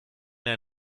der